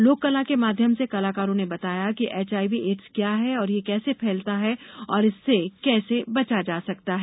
लोक कला के माध्यम से कलाकारों ने बताया कि एचआईवी एड्स क्या है ये कैसे फैलता है और इससे कैसे बचा जा सकता है